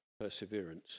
perseverance